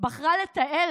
בחרה לתעל